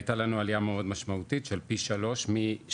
הייתה לנו עלייה מאוד משמעותית שזה פי שלוש מ-